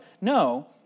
No